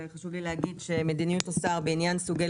חשוב לי להגיד שמדיניות השר בעניין סוגי